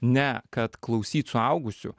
ne kad klausyt suaugusių